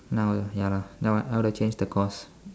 now ya lah now I would have changed the course